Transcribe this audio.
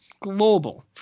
global